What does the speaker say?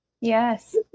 Yes